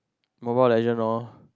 Mobile-Legend lor